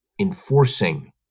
enforcing